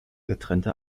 getrennte